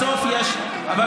בסוף יש עובדות.